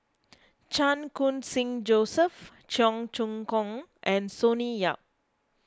Chan Khun Sing Joseph Cheong Choong Kong and Sonny Yap